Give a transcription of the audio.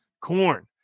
corn